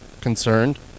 concerned